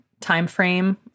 timeframe